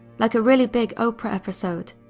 like a really big oprah episode,